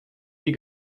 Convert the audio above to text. die